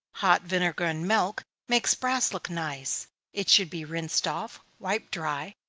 hot vinegar and milk makes brass look nice it should be rinsed off, wiped dry,